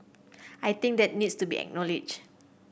I think that needs to be acknowledged